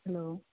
hello